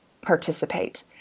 participate